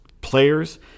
players